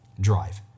drive